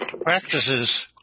Practices